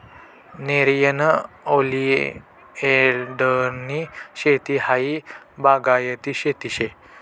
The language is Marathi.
नेरियन ओलीएंडरनी शेती हायी बागायती शेती शे